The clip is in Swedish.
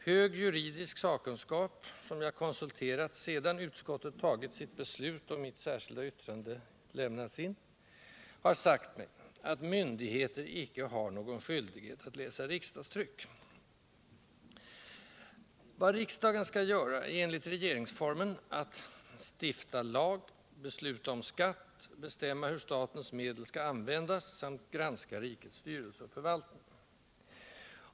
Hög juridisk sakkunskap, som jag konsulterat sedan utskottet fattat sitt beslut och mitt särskilda yttrande lämnats, har sagt mig att myndigheter icke har någon skyldighet att läsa riksdagstryck. Vad riksdagen skall göra är enligt regeringsformen att stifta lag, besluta om skatt, bestämma hur statens medel skall användas samt granska rikets styrelse och förvaltning.